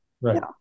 Right